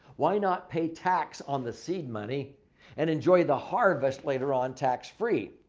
why not pay tax on the seed money and enjoy the harvest later on tax-free.